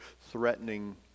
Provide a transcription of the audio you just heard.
threatening